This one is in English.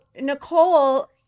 Nicole